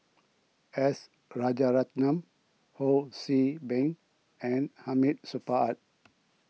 S Rajaratnam Ho See Beng and Hamid Supaat